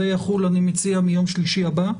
אני מציע שזה יחול מיום שלישי הבא,